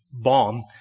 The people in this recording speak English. bomb